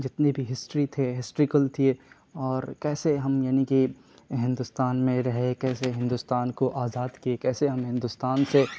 جتنے بھی ہسٹری تھے ہسٹریکل تھی اور کیسے ہم یعنی کہ ہندوستان میں رہے کیسے ہندوستان کو آزاد کیے کیسے ہم ہندوستان سے